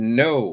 no